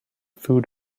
food